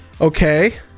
okay